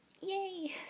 yay